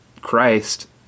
Christ